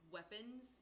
weapons